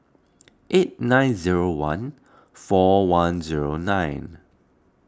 eight nine zero one four one zero nine